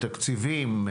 תקציבים,